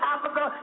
Africa